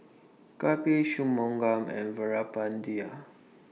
Kapil Shunmugam and Veerapandiya